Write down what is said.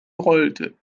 rollte